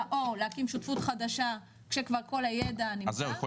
או להקים שותפות חדשה כשכבר כל הידע נמצא --- אז זהו,